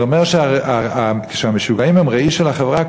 זה אומר שכשהמשוגעים הם ראי של החברה,